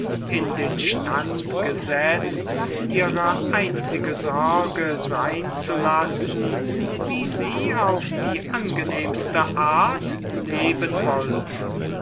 in den stand gesetzt war ihre einzige sorge sein zu lassen wie sie auf die angenehmste art leben wollte